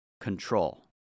Control